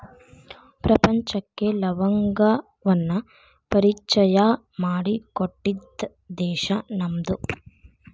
ಪ್ರಪಂಚಕ್ಕೆ ಲವಂಗವನ್ನಾ ಪರಿಚಯಾ ಮಾಡಿಕೊಟ್ಟಿದ್ದ ದೇಶಾ ನಮ್ದು